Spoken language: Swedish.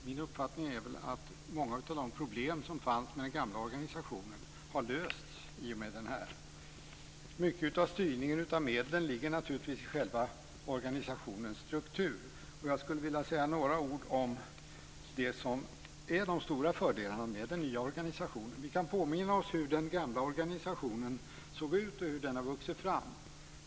Min uppfattning är att många av de problem som fanns med den gamla organisationen har lösts. Mycket av styrningen av medlen ligger i organisationens struktur. Jag skulle vilja säga några ord om de stora fördelarna med den nya organisationen. Vi kan påminna oss hur den gamla organisationen såg ut och hur den har vuxit fram.